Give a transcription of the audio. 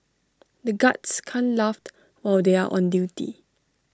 the guards can't laughed or they are on duty